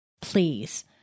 Please